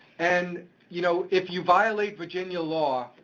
and you know, if you violate virginia law,